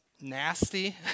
nasty